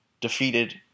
defeated